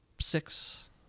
Six